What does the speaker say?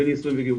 בנישואין וגירושין.